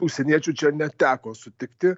užsieniečių čia neteko sutikti